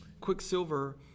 Quicksilver